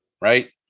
right